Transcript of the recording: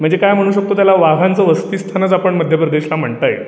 म्हणजे काय म्हणू शकतो त्याला वाघांचं वसतीस्थानच आपण मध्य प्रदेशला म्हणता येईल